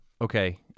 Okay